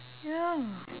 ya